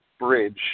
bridge